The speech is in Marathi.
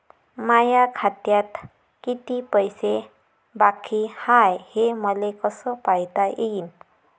माया खात्यात किती पैसे बाकी हाय, हे मले कस पायता येईन?